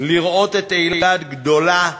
לראות את אילת גדולה,